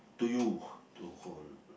to you to hold